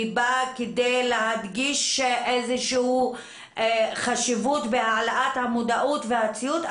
היא באה כדי להקדיש איזושהי חשיבות בהעלאת המודעות והציוד,